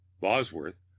Bosworth